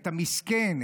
את המסכן,